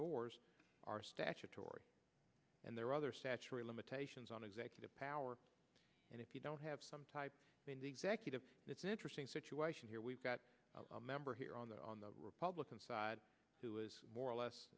doors are statutory and there are other statutory limitations on executive power and if you don't have some type in the executive it's an interesting situation here we've got a member here on the on the republican side who is more or less